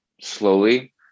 slowly